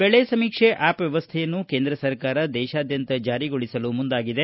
ಬೆಳೆ ಸಮೀಕ್ಷೆ ಆಪ್ ವ್ಯವಸ್ಥೆಯನ್ನು ಕೇಂದ್ರ ಸರ್ಕಾರ ದೇಶಾದ್ಯಂತ ಜಾರಿಗೊಳಿಸಲು ಮುಂದಾಗಿದೆ